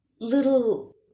little